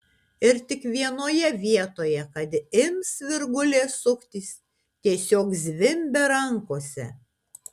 ir tik vienoje vietoje kad ims virgulės suktis tiesiog zvimbia rankose